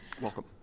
Welcome